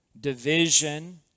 division